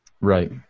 Right